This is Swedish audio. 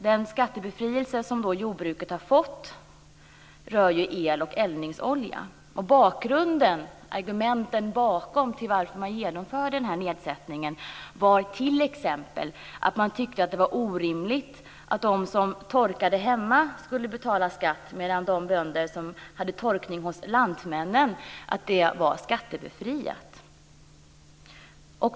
Den skattebefrielse som jordbruket har fått rör el och eldningsolja, och argumentet bakom att man genomför nedsättningen var att man tyckte att det var orimligt att de bönder som torkade hemma skulle betala skatt medan bönder som hade torkning hos Lantmännen var skattebefriade.